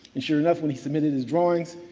and sure enough, when he submitted his drawings,